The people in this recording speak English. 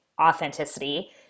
authenticity